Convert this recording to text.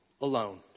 alone